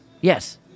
Yes